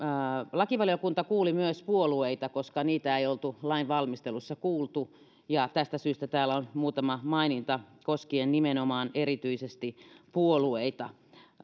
lakivaliokunta kuuli myös puolueita koska niitä ei oltu lainvalmistelussa kuultu ja tästä syystä täällä on muutama maininta koskien erityisesti puolueita